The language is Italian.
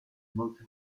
molte